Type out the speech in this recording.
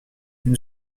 une